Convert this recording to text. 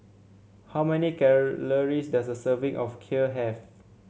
how many calories does a serving of Kheer have